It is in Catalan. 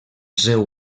seu